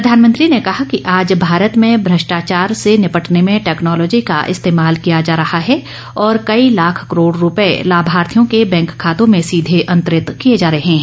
प्रधानमंत्री ने कहा कि आज भारत में भ्रष्टाचार से निपटने में टेक्नोलॉजी का इस्तेमाल किया जा रहा है और कई लाख करोड़ रुपये लाभार्थियों के बैंक खातों में सीधे अंतरित किए जा रहे हैं